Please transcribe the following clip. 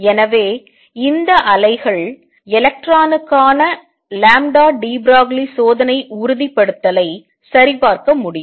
எனவே இந்த அலைகள் எலக்ட்ரானுக்கான deBroglie சோதனை உறுதிப்படுத்தலை சரிபார்க்க முடியும்